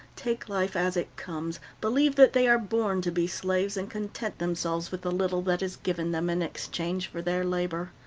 take life as it comes, believe that they are born to be slaves, and content themselves with the little that is given them in exchange for their labor.